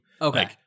Okay